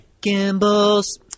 Gimbals